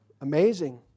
Amazing